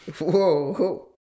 Whoa